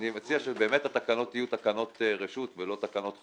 אני מציע שהתקנות יהיו תקנות רשות ולא תקנות חובה,